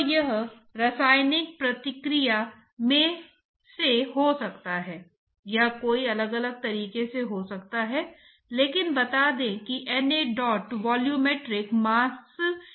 तो यह आपको बताता है कि इस प्लेट के साथ किस स्थान पर फ्लो लामिनार है और यह कौन सा स्थान टर्बूलेंट है